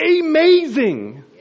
amazing